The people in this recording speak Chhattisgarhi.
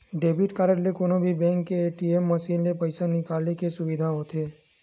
डेबिट कारड ले कोनो भी बेंक के ए.टी.एम मसीन ले पइसा निकाले के सुबिधा होथे